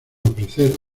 ofrecer